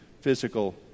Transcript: physical